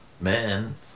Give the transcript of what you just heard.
man